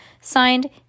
Signed